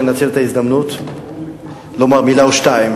לנצל את ההזדמנות לומר מלה או שתיים